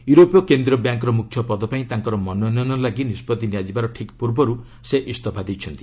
ୟୁରୋପୀୟ କେନ୍ଦ୍ରୀୟ ବ୍ୟାଙ୍କ୍ର ମୁଖ୍ୟ ପଦପାଇଁ ତାଙ୍କର ମନୋନୟନ ଲାଗି ନିଷ୍କଭି ନିଆଯିବାର ଠିକ୍ ପୂର୍ବରୁ ସେ ଇସ୍ତଫା ଦେଇଛନ୍ତି